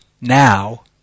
Now